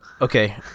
okay